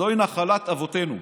זוהי נחלת אבותינו.